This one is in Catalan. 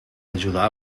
ajudar